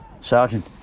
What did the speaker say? Sergeant